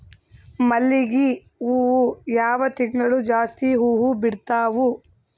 ಮಲ್ಲಿಗಿ ಹೂವು ಯಾವ ತಿಂಗಳು ಜಾಸ್ತಿ ಹೂವು ಬಿಡ್ತಾವು?